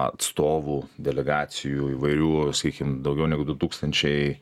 atstovų delegacijų įvairių sakykim daugiau negu du tūkstančiai